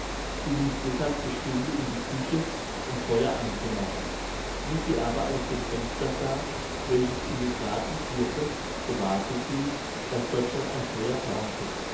sie lief deshalb geschwinde in die küche um feuer anzumachen wie sie aber aus dem fenster sah welches in den garten führte gewahrte sie daß dort schon ein feuer brannte